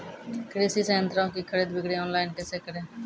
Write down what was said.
कृषि संयंत्रों की खरीद बिक्री ऑनलाइन कैसे करे?